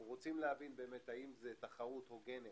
אנחנו רוצים להבין אם זו תחרות הוגנת,